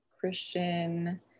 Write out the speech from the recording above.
Christian